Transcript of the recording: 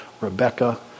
Rebecca